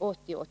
81.